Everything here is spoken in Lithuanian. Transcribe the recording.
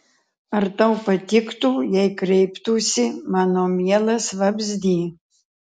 ar tau patiktų jei kreiptųsi mano mielas vabzdy